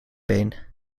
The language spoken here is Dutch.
been